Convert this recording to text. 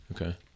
okay